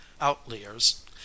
outliers